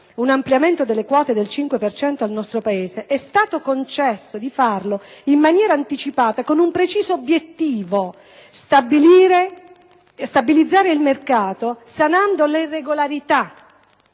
un ampliamento delle quote del 5 per cento, ha concesso di farlo in maniera anticipata con un preciso obiettivo: stabilizzare il mercato, sanando le irregolarità.